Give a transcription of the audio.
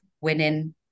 winning